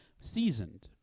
seasoned